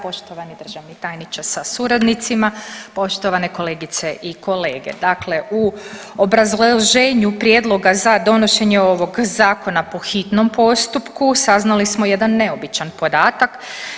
Poštovani državni tajniče sa suradnicima, poštovane kolegice i kolege, dakle u obrazloženju prijedloga za donošenje ovog zakona po hitnom postupku saznali smo jedan neobičan podatak.